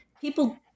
people